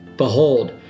Behold